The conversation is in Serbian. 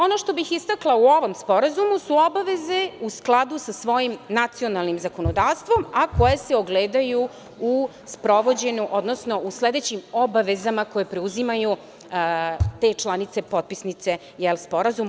Ono što bih istakla u ovom Sporazumu su obaveze u skladu sa svojim nacionalnim zakonodavstvom, a koje se ogledaju u sprovođenju, odnosno u sledećim obavezama koje preuzimaju te članice, potpisnice sporazuma.